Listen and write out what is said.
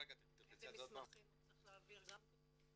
איזה מסמכים הוא צריך להעביר גם כתוב?